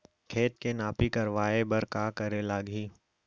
खेत के नापी करवाये बर का करे लागही?